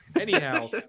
Anyhow